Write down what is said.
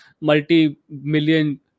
multi-million